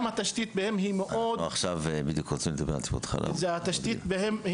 התשתית בטיפות החלב מאוד רעועה.